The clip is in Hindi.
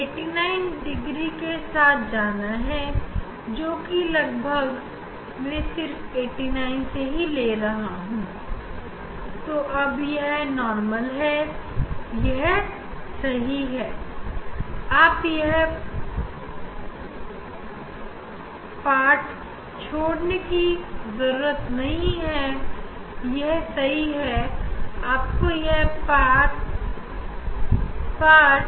अभी यह है लगभग 89 हो गया है इसीलिए अब हमें इसे नॉर्मल स्थित पर स्थिर कर देंगे और इसके बाद इसे आकुल नहीं करेंगे